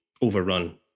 overrun